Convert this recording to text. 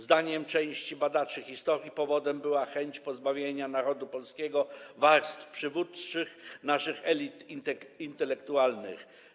Zdaniem części badaczy historii powodem była chęć pozbawienia narodu polskiego warstw przywódczych, naszych elit intelektualnych.